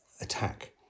attack